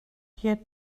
yehuda